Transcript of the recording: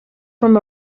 from